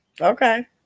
Okay